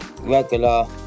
regular